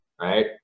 right